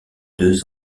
deux